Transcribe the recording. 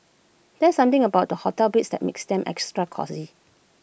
there's something about the hotel beds that makes them extra cosy